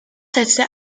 setzte